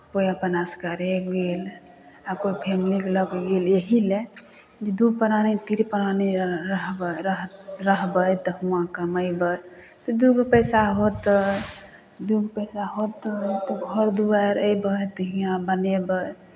कोइ अपन असगरे गेल आ कोइ फैमिलीके लऽ कऽ गेल एहि लेल जे दू प्राणी तीन प्राणी रहबै रह रह रहबै तऽ हुआँ कमेबै तऽ दू गो पैसा होतै दू गो पैसा होतै तऽ घर दुआरि एबै तऽ हियाँ बनेबै